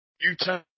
Utah